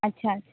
अच्छा अच्छा